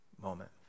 moment